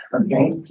Okay